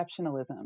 exceptionalism